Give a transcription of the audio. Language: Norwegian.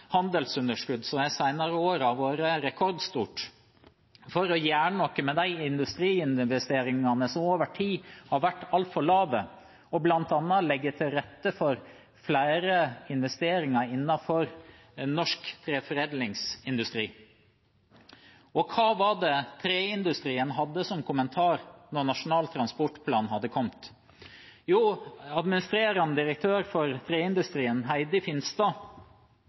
handelsunderskudd som de senere årene har vært rekordstort, og for å gjøre noe med de industriinvesteringene som over tid har vært altfor lave, og bl.a. legge til rette for flere investeringer innenfor norsk treforedlingsindustri. Hva var det Treindustrien hadde som kommentar da Nasjonal transportplan hadde kommet? Jo, administrerende direktør for Treindustrien, Heidi Finstad,